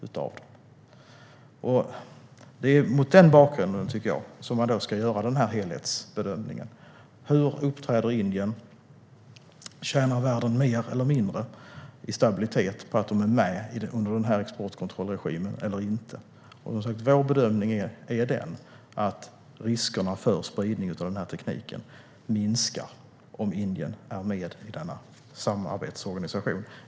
Jag tycker att det är mot den bakgrunden som man ska göra denna helhetsbedömning. Hur uppträder Indien? Tjänar världen i stabilitet på att Indien är med under den här exportkontrollregimen eller inte? Vår bedömning är att riskerna för spridning av den här tekniken minskar om Indien är med i denna samarbetsorganisation.